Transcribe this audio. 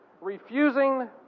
Refusing